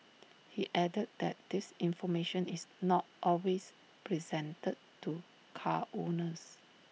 he added that this information is not always presented to car owners